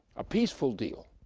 a peaceful deal!